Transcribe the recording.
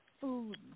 food